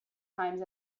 times